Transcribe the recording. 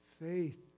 faith